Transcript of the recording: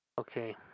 okay